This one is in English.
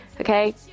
Okay